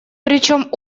причем